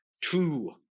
two